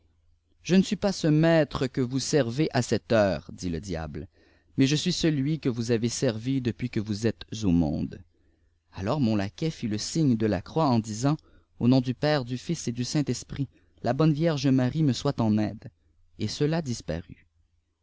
je ne suis pas ce maître que vous servez à cette heure dit le diable mais je suis cetlii que vous avez servi depuis que vous étes au monde alors mon laquais fit le signe de la croix en disant au nom du père du fils et du saint lprit la bonne vierge marie me soitn aide et cela disparut